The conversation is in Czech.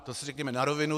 To si řekněme na rovinu.